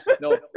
no